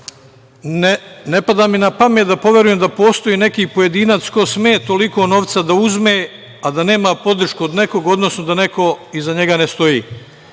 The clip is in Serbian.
ne pada mi na pamet da poverujem da postoji neki pojedinac ko sme toliko novca da uzme, a da nema podršku od nekoga, odnosno da neko iza njega ne stoji.